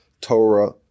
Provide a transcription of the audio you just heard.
Torah